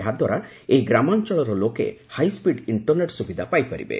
ଏହାଦ୍ୱାରା ଏହି ଗ୍ରାମାଞ୍ଚଳର ଲୋକେ ହାଇସ୍କିଡ୍ ଇଷ୍ଟରନେଟ୍ ସୁବିଧା ପାଇପାରିବେ